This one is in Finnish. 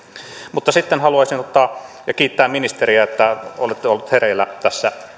mutta sitten haluaisin ottaa ja kiittää ministeriä että olette ollut hereillä tässä